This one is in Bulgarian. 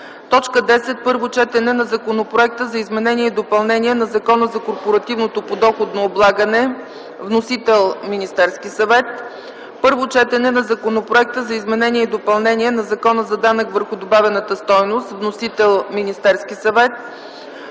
съвет. 10. Първо четене на Законопроекта за изменение и допълнение на Закона за корпоративното подоходно облагане. Вносител – Министерският съвет. 11. Първо четене на Законопроекта за изменение и допълнение на Закона за данък върху добавената стойност. Вносител – Министерският съвет.